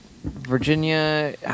Virginia